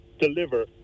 deliver